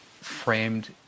framed